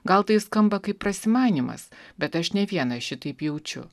gal tai skamba kaip prasimanymas bet aš ne vieną šitaip jaučiu